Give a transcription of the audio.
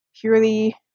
purely